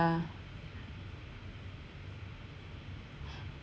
yeah